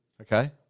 Okay